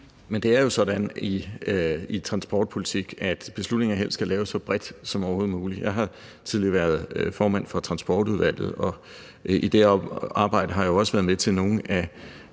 Men det er jo sådan i transportpolitik, at beslutninger helst skal træffes så bredt som overhovedet muligt. Jeg har tidligere været formand for Transportudvalget, og i det arbejde har jeg jo også været med til nogle af